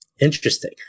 Interesting